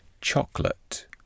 chocolate